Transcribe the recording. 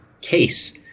case